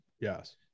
yes